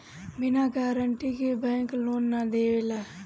बिना गारंटी के bank loan ना देवेला